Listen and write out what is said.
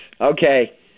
Okay